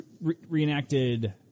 reenacted